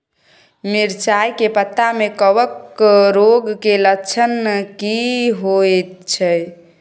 मिर्चाय के पत्ता में कवक रोग के लक्षण की होयत छै?